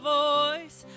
voice